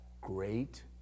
great